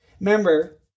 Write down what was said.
Remember